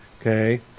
Okay